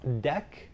Deck